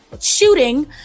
Shooting